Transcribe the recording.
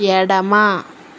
ఎడమ